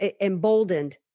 emboldened